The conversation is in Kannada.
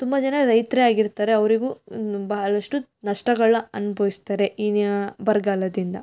ತುಂಬ ಜನ ರೈತರೇ ಆಗಿರ್ತಾರೆ ಅವರಿಗೂ ಬಹಳಷ್ಟು ನಷ್ಟಗಳನ್ನು ಅನುಭವಿಸ್ತಾರೆ ಈ ಬರಗಾಲದಿಂದ